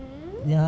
mm